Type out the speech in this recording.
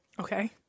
Okay